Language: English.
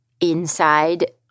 inside